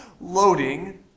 Loading